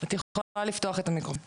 לפורום